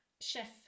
Chef